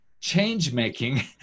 change-making